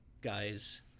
guys